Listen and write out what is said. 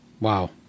wow